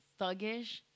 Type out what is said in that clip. thuggish